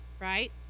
right